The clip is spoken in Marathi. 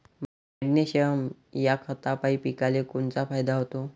मॅग्नेशयम ह्या खतापायी पिकाले कोनचा फायदा होते?